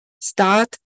start